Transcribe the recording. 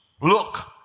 Look